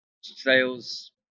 sales